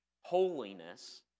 holiness